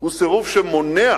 הוא סירוב שמונע